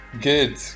Good